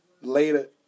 Later